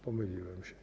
Pomyliłem się.